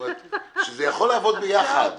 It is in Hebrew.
שזה יכול לעבוד ביחד.